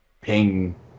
ping